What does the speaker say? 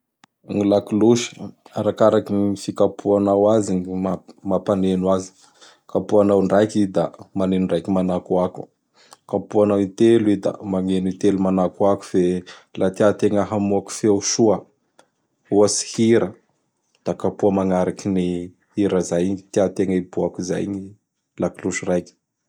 Gny lakilosy, arakaraky ny fikapoanao azy gny mampaneno azy. Kapoanao indraiky i da maneno indraiky manakoako. Kapoanao intelo i da magneno intelo manakoako fe laha tiategna hamoaky feo soa, ohatsy, hira; da kapoa magnaraky gny hira izay tiategna hiboaky zay gny lakilosy raiky.